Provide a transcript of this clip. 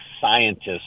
scientists